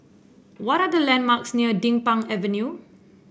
what are the landmarks near Din Pang Avenue